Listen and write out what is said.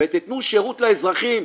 תנו שירות לאזרחים.